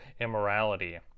immorality